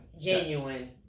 Genuine